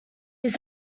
his